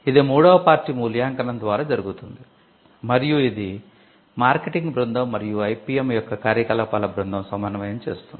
ఇది మూడవ పార్టీ మూల్యాంకనం ద్వారా జరుగుతుంది మరియు ఇది మార్కెటింగ్ బృందం మరియు IPM యొక్క కార్యకలాపాల బృందం సమన్వయం చేస్తుంది